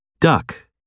Duck